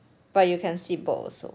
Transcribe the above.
but you can sit boat also